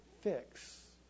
fix